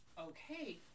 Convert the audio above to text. Okay